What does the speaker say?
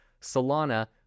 Solana